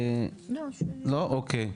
לא אוקי.